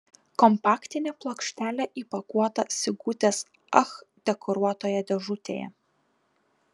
kompaktinė plokštelė įpakuota sigutės ach dekoruotoje dėžutėje